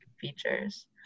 features